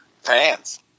fans